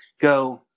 Go